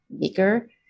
bigger